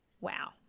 Wow